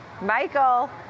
Michael